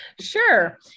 Sure